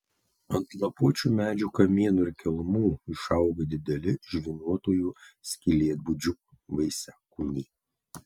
ant lapuočių medžių kamienų ir kelmų išauga dideli žvynuotųjų skylėtbudžių vaisiakūniai